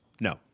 No